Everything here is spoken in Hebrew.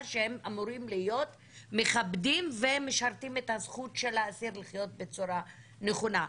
שהם אמורים להיות מכבדים ומשרתים את הזכות של האסיר לחיות בצורה נכונה.